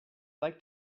like